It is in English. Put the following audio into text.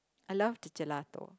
I love the Gelato